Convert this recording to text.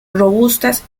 robustas